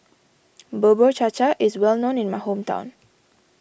Bubur Cha Cha is well known in my hometown